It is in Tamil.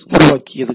S உருவாக்கியது